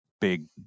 big